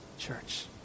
Church